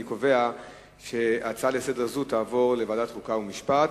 אני קובע שההצעות לסדר-היום תעבורנה לוועדת חוקה ומשפט.